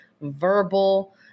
verbal